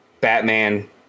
Batman